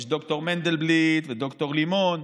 יש ד"ר מנדלבליט וד"ר לימון,